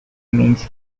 means